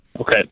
Okay